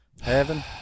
heaven